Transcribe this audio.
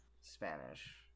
Spanish